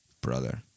Brother